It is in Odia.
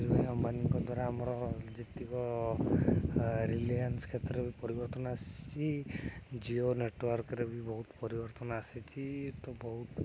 ରୁହେ ଅମ୍ବାନୀଙ୍କ ଦ୍ୱାରା ଆମର ଯେତିକ ରିଲିଆନ୍ସ କ୍ଷେତ୍ରରେ ବି ପରିବର୍ତ୍ତନ ଆସିଛି ଜିଓ ନେଟୱାର୍କରେ ବି ବହୁତ ପରିବର୍ତ୍ତନ ଆସିଛି ତ ବହୁତ